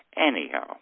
Anyhow